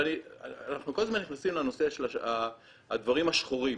ואנחנו כל הזמן נכנסים לנושא של הדברים השחורים,